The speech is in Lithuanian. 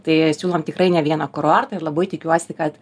tai siūlom tikrai ne vieną kurortą ir labai tikiuosi kad